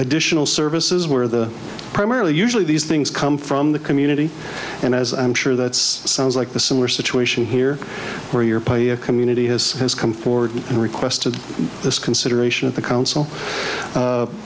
additional services where the primarily usually these things come from the community and as i'm sure that sounds like the similar situation here where your pay a community has has come forward and requested this consideration of the council